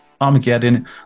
Armageddon